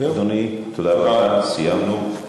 אדוני, תודה רבה, סיימנו.